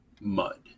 mud